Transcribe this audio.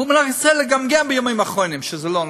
הוא מנסה לגמגם בימים האחרונים שזה לא נכון,